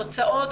הרצאות,